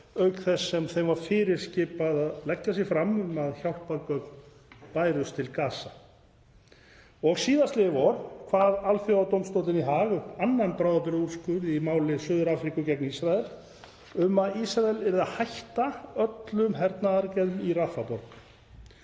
auk þess sem þeim var fyrirskipað að leggja sig fram um að hjálpargögn bærust til Gaza. Og síðastliðið vor kvað Alþjóðadómstóllinn í Haag upp annan bráðabirgðaúrskurð í máli Suður-Afríku gegn Ísrael um að Ísrael yrði að hætta öllum hernaðaraðgerðum í Rafah-borg.